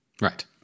Right